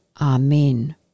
Amen